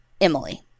Emily